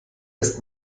ist